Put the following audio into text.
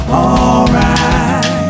alright